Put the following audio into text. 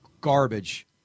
garbage